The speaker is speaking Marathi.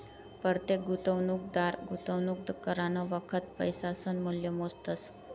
परतेक गुंतवणूकदार गुंतवणूक करानं वखत पैसासनं मूल्य मोजतस